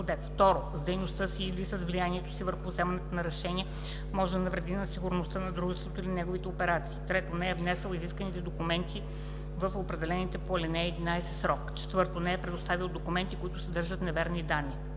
2. с дейността си или с влиянието си върху вземането на решения може да навреди на сигурността на дружеството или на неговите операции; 3. не е внесъл изисканите документи в определения по ал. 11 срок; 4. е представил документи, които съдържат неверни данни.